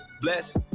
Bless